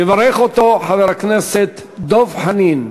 יברך אותו חבר הכנסת דב חנין.